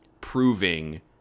proving